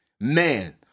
man